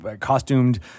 costumed